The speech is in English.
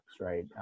right